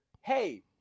hey